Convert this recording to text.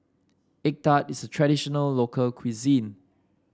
egg tart is a traditional local cuisine